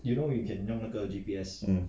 um